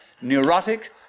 neurotic